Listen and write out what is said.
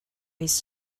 his